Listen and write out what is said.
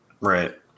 Right